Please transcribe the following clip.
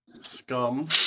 Scum